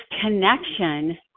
connection